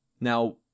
Now